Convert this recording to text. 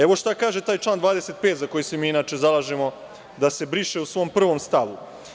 Evo, šta kaže taj član 25, za koji se mi inače zalažemo da se briše u svom prvom stavu.